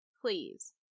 Please